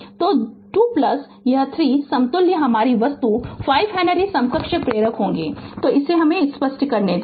तो 2 प्लस यह 3 समतुल्य हमारी वस्तु 5 हेनरी समकक्ष प्रेरक होंगे तो मुझे इसे स्पष्ट करने दें